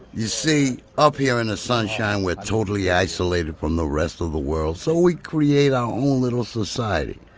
you see, up here in the sunshine we're totally isolated from the rest of the world, so we create our own little society.